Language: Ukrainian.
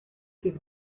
яких